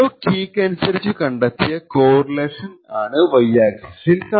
ഓരോ കീക്കനുസരിച്ചു കണ്ടെത്തിയ കോറിലേഷൻ ആണ് Y axis ൽ